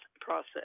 process